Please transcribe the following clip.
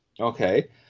Okay